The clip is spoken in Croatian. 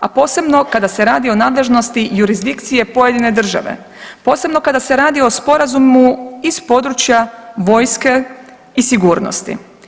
A posebno kada se radi o nadležnosti jurizdikcije pojedine države, posebno kada se radi o sporazumu iz područja vojske i sigurnosti.